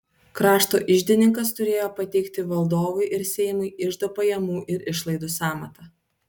krašto iždininkas turėjo pateikti valdovui ir seimui iždo pajamų ir išlaidų sąmatą